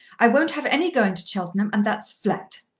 i won't have any going to cheltenham and that's flat.